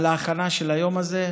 על ההכנה של היום הזה.